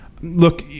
Look